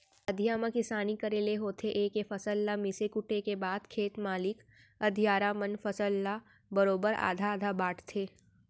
अधिया म किसानी करे ले होथे ए के फसल ल मिसे कूटे के बाद खेत मालिक अधियारा मन फसल ल ल बरोबर आधा आधा बांटथें